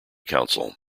council